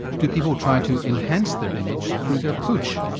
do people try to enhance their image through their pooch?